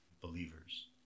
believers